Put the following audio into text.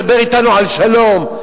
מדבר אתנו על שלום,